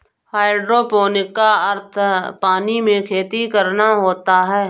hydroponic का अर्थ पानी में खेती करना होता है